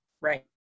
right